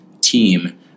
team